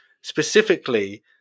specifically